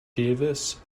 davis